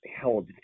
held